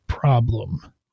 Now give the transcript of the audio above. problem